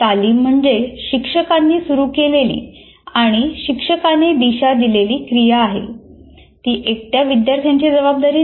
तालीम म्हणजे शिक्षकांनी सुरू केलेली आणि शिक्षकाने दिशा दिलेली क्रिया आहे ती एकट्या विद्यार्थ्यांची जबाबदारी नाही